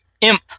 Imp